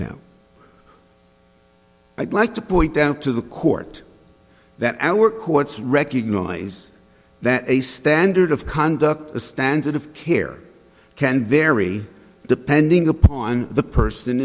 now i'd like to point out to the court that our courts recognize that a standard of conduct a standard of care can vary depending upon the person